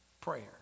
Prayer